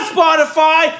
Spotify